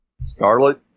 Scarlet